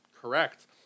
correct